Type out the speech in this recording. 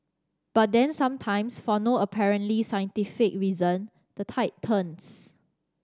but then sometimes for no apparently scientific reason the tide turns